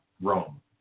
Rome